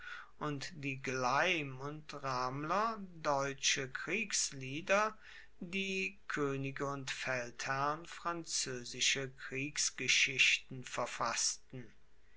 und die gleim und ramler deutsche kriegslieder die koenige und feldherren franzoesische kriegsgeschichten verfassten